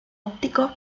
óptico